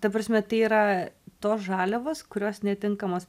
ta prasme tai yra tos žaliavos kurios netinkamos